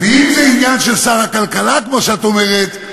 ואם זה עניין של שר הכלכלה, כמו שאת אומרת,